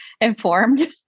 informed